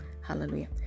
hallelujah